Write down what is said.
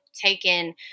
taken